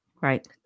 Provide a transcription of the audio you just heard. Right